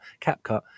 CapCut